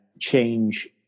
change